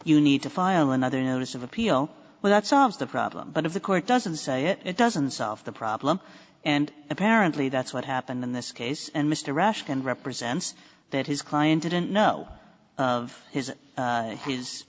you need to file another notice of appeal well that solves the problem but if the court doesn't say it it doesn't solve the problem and apparently that's what happened in this case and mr rash and represents that his client didn't know of his